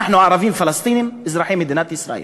אנחנו ערבים פלסטינים אזרחי מדינת ישראל,